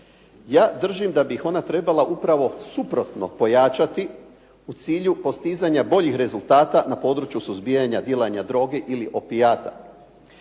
Ja držim da bi ih ona trebala upravo suprotno pojačati u cilju postizanja boljih rezultata na području suzbijanja dilanja droge ili opijata.